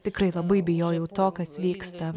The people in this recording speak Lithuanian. tikrai labai bijojau to kas vyksta